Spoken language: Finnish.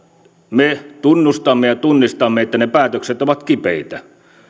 me tunnustamme ja tunnistamme että ne päätökset ovat kipeitä